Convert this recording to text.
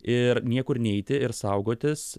ir niekur neiti ir saugotis